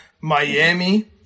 Miami